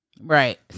Right